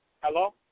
Hello